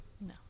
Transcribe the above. No